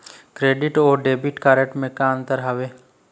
Credit अऊ debit card म का अंतर हावे?